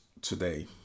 today